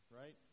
right